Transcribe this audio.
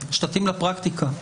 שתתאים לפרקטיקה.